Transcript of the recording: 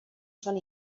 sol